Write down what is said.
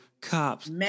cops